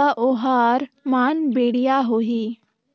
ता ओहार मान बेडिया होही?